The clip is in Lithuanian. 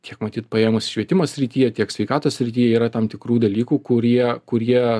tiek matyt paėmus švietimo srityje tiek sveikatos srityje yra tam tikrų dalykų kurie kurie